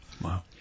Wow